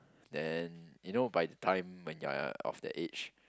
then you know by the time when you are of the age